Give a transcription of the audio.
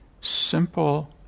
simple